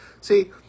See